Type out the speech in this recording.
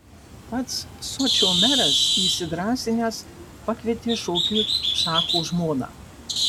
pats sočio meras įsidrąsinęs pakvietė šokiui šacho žmoną